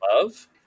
love